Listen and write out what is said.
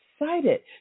excited